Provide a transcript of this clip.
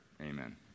Amen